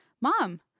Mom